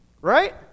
right